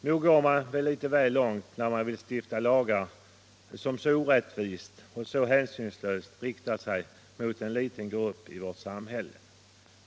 Nog går man litet väl långt när man vill stifta lagar som så orättvist och så hänsynslöst riktar sig mot en liten grupp i vårt samhälle.